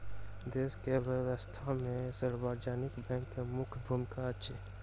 देश के अर्थव्यवस्था में सार्वजनिक बैंक के मुख्य भूमिका अछि